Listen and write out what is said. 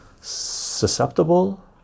susceptible